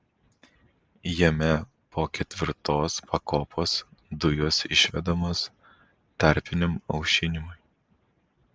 jame po ketvirtos pakopos dujos išvedamos tarpiniam aušinimui